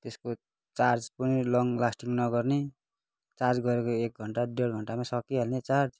त्यसको चार्ज पनि long lasting नगर्ने चार्ज गरेको एक घन्टा डेढ घन्टामै सकिहाल्ने चार्ज